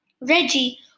Reggie